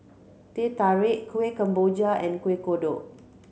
Teh Tarik Kueh Kemboja and Kueh Kodok